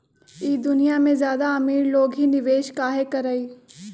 ई दुनिया में ज्यादा अमीर लोग ही निवेस काहे करई?